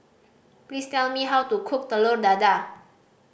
please tell me how to cook Telur Dadah